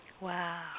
Wow